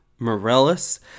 Morellis